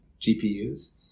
GPUs